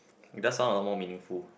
it does sound a lot more meaningful